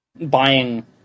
buying